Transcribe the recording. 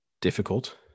difficult